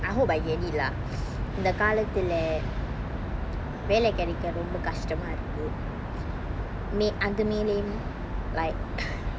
I hope I get it lah இந்த காலத்துல வேல கெடைக்க ரொம்ப கஸ்டமா இருக்கு:intha kalathula vela kedaikka romba kastama irukku may அந்த:antha may லயும்:layum like